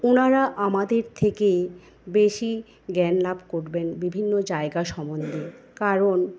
ওনারা আমাদের থেকে বেশী জ্ঞান লাভ করবেন বিভিন্ন জায়গা সম্বন্ধে কারণ